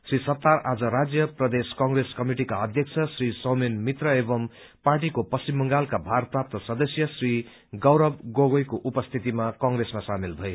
श्री सत्तार आज राज्य प्रदेश कंग्रेस कमिटिका अध्यक्ष श्री सौमेन मित्र एवं पार्टीको पश्चिम बंगालका भारप्राप्त सदस्य श्री गौरव गोगोईको उपस्थितिमा कंत्रेसमा सामेल भए